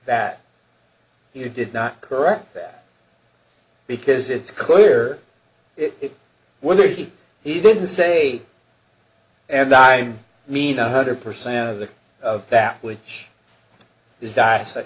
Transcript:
that he did not correct bad because it's clear it whether he he didn't say and i'm mean a hundred percent of the that which is di